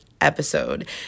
episode